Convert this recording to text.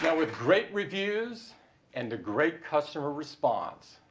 yeah with great reviews and a great customer response,